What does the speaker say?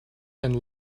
and